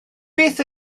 beth